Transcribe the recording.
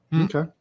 Okay